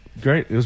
great